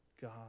God